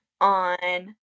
on